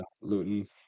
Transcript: Luton